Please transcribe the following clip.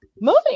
Moving